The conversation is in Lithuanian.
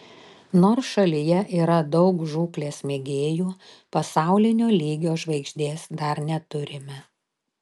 nors šalyje yra daug žūklės mėgėjų pasaulinio lygio žvaigždės dar neturime